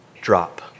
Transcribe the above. drop